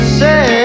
say